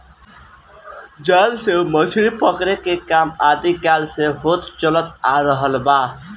जाल से मछरी पकड़े के काम आदि काल से होत चलत आ रहल बा